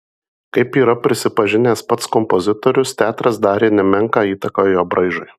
kaip yra prisipažinęs pats kompozitorius teatras darė nemenką įtaką jo braižui